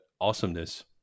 awesomeness